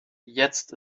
jetzt